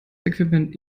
equipment